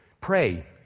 Pray